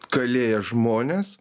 kalėję žmonės